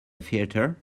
theater